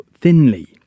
thinly